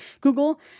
Google